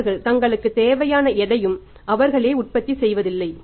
அவர்கள் தங்களுக்கு தேவையான எதையும் அவர்களே உற்பத்தி செய்யவில்லை